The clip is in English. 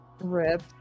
RIP